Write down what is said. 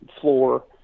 floor